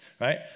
right